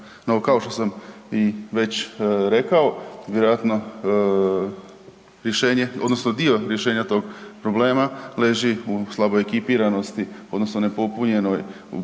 odnosno dio rješenja tog problema leži u slaboj ekipiranosti odnosno nepopunjenoj,